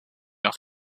off